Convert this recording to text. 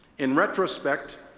in retrospect,